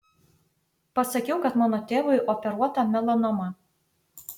pasakiau kad mano tėvui operuota melanoma